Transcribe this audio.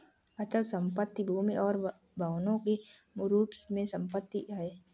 अचल संपत्ति भूमि और भवनों के रूप में संपत्ति है